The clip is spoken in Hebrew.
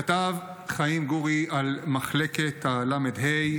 כתב חיים גורי על מחלקת הל"ה.